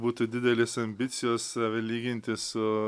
būtų didelės ambicijos save lyginti su